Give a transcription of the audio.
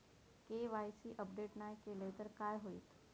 KYC update नाय केलय तर काय होईत?